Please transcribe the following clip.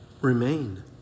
remain